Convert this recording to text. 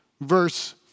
verse